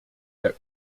der